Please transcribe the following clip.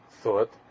thought